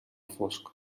fosc